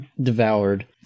devoured